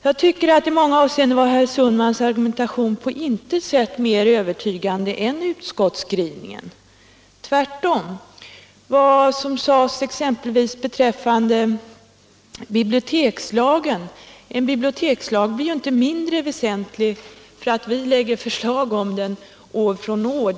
Jag tycker att i många avseenden var herr Sundmans argumentation på intet sätt mer övertygande än utskottsskrivningen — tvärtom när det gäller vad som sades exempelvis beträffande bibliotekslagen. En bibliotekslag blir ju inte mindre väsentlig för att vi lägger fram förslag om den år från år.